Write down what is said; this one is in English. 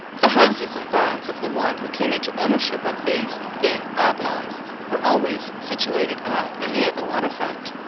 the houses and barns of the one who came into ownership of these thin oblongs were always situated at or near the water-front,